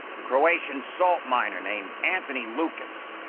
a croatian salt miner named anthony lucas.